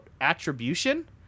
Attribution